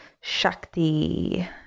shakti